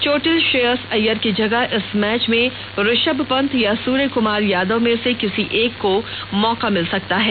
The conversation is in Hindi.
चोंटिल श्रेयस अय्यर की जगह इस मैच में ऋषम पंत या सुर्यकमार यादव में से किसी एक को मौका मिल सकता है